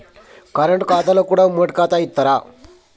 Current ఖాతాలో కూడా ఉమ్మడి ఖాతా ఇత్తరా?